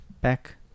back